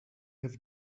have